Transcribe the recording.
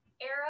era